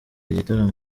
igitaramo